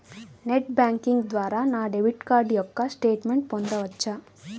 Net banking ద్వారా నా debit card యొక్క స్టేట్మెంట్ పొందవచ్చా?